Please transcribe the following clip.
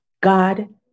God